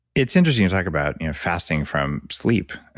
it's interesting you talk about fasting from sleep.